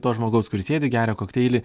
to žmogaus kuris sėdi geria kokteilį